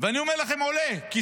ואני אומר לכם עולה, כי